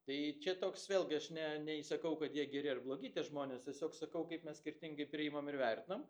tai čia toks vėlgi aš ne nei sakau kad jie geri ar blogi tie žmonės tiesiog sakau kaip mes skirtingai priimam ir vertinam